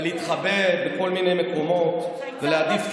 ולהתחבא בכל מיני מקומות ולהעדיף את